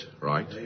right